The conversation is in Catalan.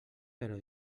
però